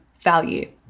value